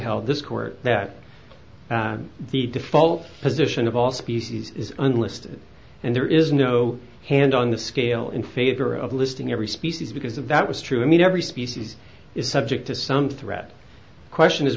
how this court that the default position of all species is unlisted and there is no hand on the scale in favor of listing every species because of that was true i mean every species is subject to some threat question is